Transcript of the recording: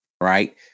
right